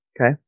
Okay